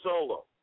solo